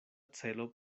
celo